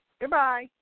Goodbye